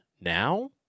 now